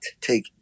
take